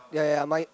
ya ya mine